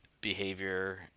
behavior